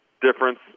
difference